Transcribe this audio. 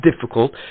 difficult